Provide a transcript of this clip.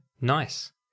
nice